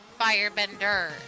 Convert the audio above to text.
firebender